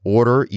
Order